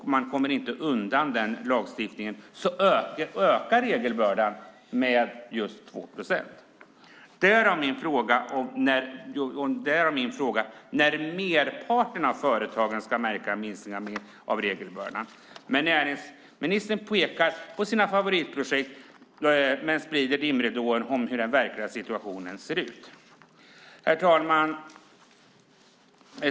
Man kommer inte undan den lagstiftningen. Därav min fråga: När ska merparten av företagen märka en minskning av regelbördan? Näringsministern pekar på sina favoritprojekt och sprider dimridåer när det gäller hur den verkliga situationen ser ut. Herr talman!